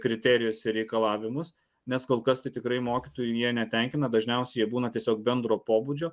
kriterijus ir reikalavimus nes kol kas tai tikrai mokytojų jie netenkina dažniausiai jie būna tiesiog bendro pobūdžio